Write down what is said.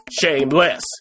shameless